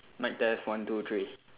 mic test one two three